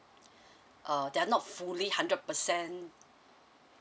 uh they're not fully hundred percent